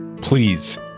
Please